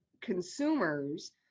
consumers